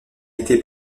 été